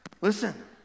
Listen